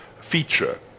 feature